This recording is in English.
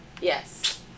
Yes